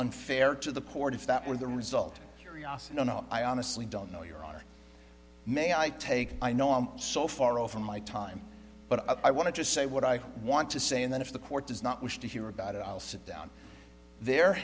unfair to the court if that were the result here you also know i honestly don't know your honor may i take i know i'm so far off from my time but i want to just say what i want to say and then if the court does not wish to hear about it i'll sit down there